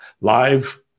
live